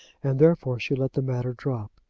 and therefore she let the matter drop.